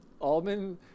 almond